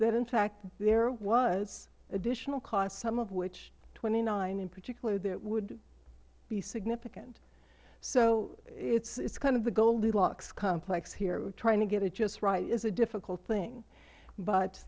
that in fact there was additional costs some of which twenty nine in particular that would be significant so it is kind of the goldilocks complex here trying to get it just right it is a difficult thing but